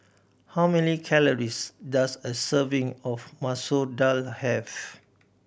how many calories does a serving of Masoor Dal have